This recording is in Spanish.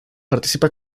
participa